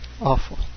awful